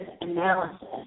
analysis